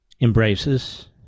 embraces